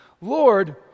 Lord